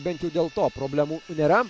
bent jau dėl to problemų nėra